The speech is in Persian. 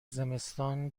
زمستان